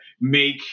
make